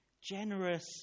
generous